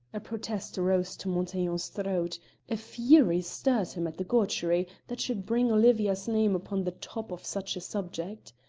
a protest rose to montaiglon's throat a fury stirred him at the gaucherie that should bring olivia's name upon the top of such a subject.